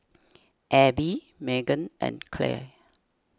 Abby Meagan and Clell